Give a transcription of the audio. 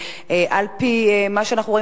ועל-פי מה שאנחנו רואים,